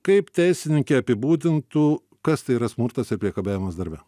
kaip teisininkė apibūdintų kas tai yra smurtas ir priekabiavimas darbe